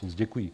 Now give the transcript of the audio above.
Děkuji.